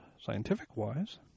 scientific-wise